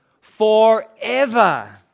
forever